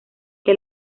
que